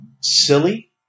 silly